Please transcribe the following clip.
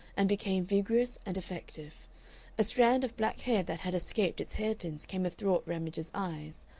and became vigorous and effective a strand of black hair that had escaped its hairpins came athwart ramage's eyes,